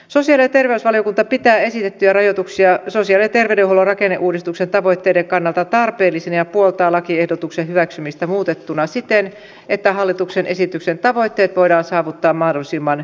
sosiaali ja terveysvaliokunta pitää esitettyjä rajoituksia sosiaali ja terveydenhuollon rakenneuudistuksen tavoitteiden kannalta tarpeellisina ja puoltaa lakiehdotuksen hyväksymistä muutettuna siten että hallituksen esityksen tavoitteet voidaan saavuttaa mahdollisimman hyvin